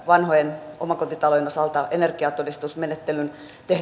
vanhojen omakotitalojen osalta tätä energiatodistusmenettelyn